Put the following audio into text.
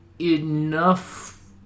Enough